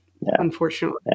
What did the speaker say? Unfortunately